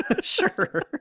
Sure